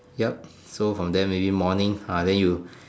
yup so from there maybe morning ah then you